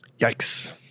Yikes